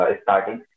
starting